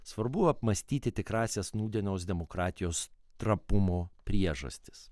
svarbu apmąstyti tikrąsias nūdienos demokratijos trapumo priežastis